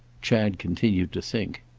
chad continued to think.